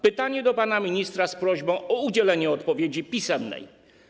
Pytanie do pana ministra z prośbą o udzielenie odpowiedzi pisemnej: